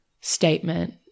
statement